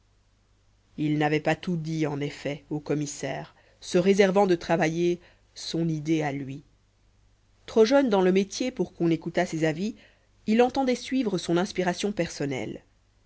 il n'avait pas tout dit en effet au commissaire se réservant de travailler son idée à lui trop jeune dans le métier pour qu'on écoutât ses avis il entendait suivre son inspiration personnelle